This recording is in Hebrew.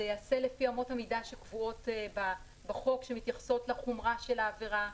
זה ייעשה לפי אמות המידה שקבועות בחוק שמתייחסות לחומרה של העבירה,